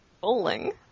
bowling